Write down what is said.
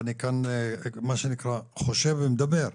אני כאן חושב ומדבר,